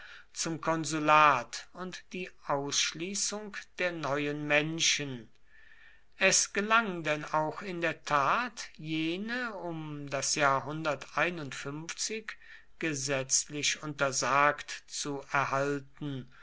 zum konsulat und die ausschließung der neuen menschen es gelang denn auch in der tat jene um das jahr gesetzlich untersagt zu erhalten